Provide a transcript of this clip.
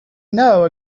know